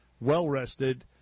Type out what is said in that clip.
well-rested